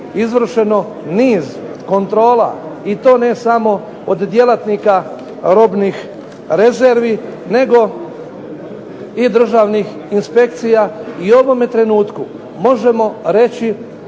izvršeno niz kontrola i to ne samo od djelatnika robnih rezervi nego i državnih inspekcija i u ovome trenutku možemo reći